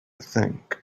think